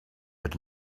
had